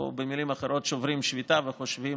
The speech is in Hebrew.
או במילים אחרות שוברים שביתה וחושבים